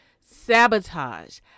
Sabotage